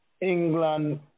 England